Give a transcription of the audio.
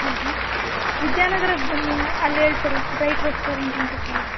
ಹೌದಾ ವಿದ್ಯಾನಗರಕ್ಕೆ ಬನ್ನಿ ಅಲ್ಲಿ ಹೇಳ್ತಾರೆ ಬ್ರೈಟ್ ರೆಸ್ಟೋರೆಂಟಂತ ಕೇಳಿದರೆ